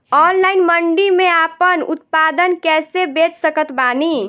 Online मंडी मे आपन उत्पादन कैसे बेच सकत बानी?